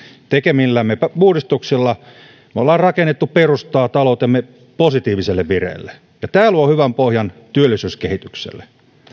tekemillämme uudistuksilla me olemme rakentaneet perustaa taloutemme positiiviselle vireelle ja tämä luo hyvän pohjan työllisyyskehitykselle